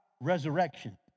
resurrection